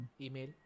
email